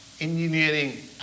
engineering